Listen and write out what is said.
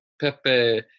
Pepe